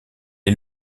est